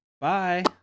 Bye